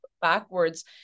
backwards